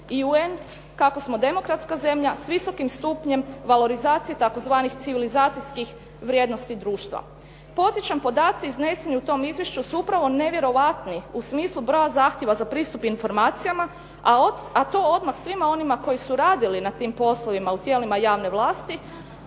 i UN kako smo demokratska zemlja s visokim stupnjem valorizacije tzv. civilizacijskih vrijednosti društva. Podsjećam, podaci izneseni u tom izvješću su upravo nevjerojatni u smislu broja zahtjeva za pristup informacijama, a to odmah svima onima koji su radili na tim poslovima u tijelima javne vlasti